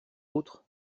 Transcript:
autres